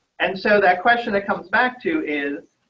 and so that question that comes back to is